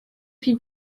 you